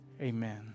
amen